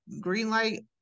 green-light